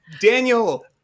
Daniel